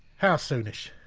how soonish?